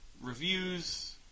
reviews